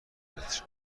متر